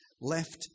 left